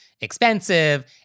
expensive